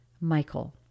Michael